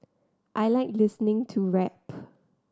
I like listening to rap